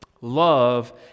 Love